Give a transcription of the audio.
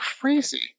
crazy